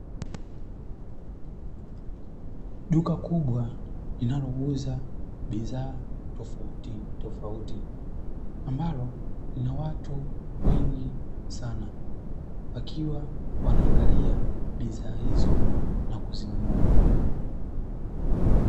Duka kubwa linalouza bidhaa tofauti tofauti ambalo lina watu wengi sana, wakiwa wanaanglia bidhaa hizo na kuzinunua.